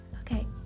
okay